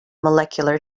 molecular